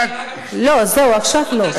לא, זהו, עכשיו לא.